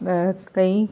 ਕਈ